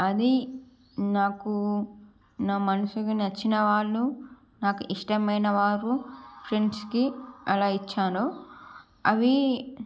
అది నాకు నా మనసుకి నచ్చిన వాళ్ళు నాకు ఇష్టమైన వారు ఫ్రెండ్స్ కి అలా ఇచ్చాను అవి